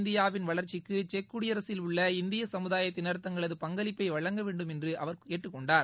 இந்தியாவின் வளர்ச்சிக்குசெக் குடியரசில் உள்ள இந்தியசமுதாயத்தினர் புதிய தங்களது பங்களிப்பைவழங்க வேண்டும் என்றுஅவர் கேட்டுக்கொண்டார்